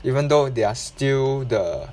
even though they are still the